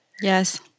Yes